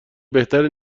بهتر